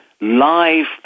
live